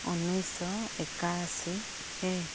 उन्नीस सौ इक्यासी हे